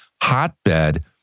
hotbed